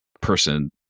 person